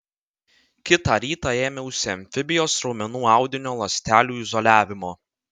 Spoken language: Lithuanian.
kitą rytą ėmiausi amfibijos raumenų audinio ląstelių izoliavimo